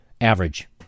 average